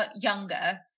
younger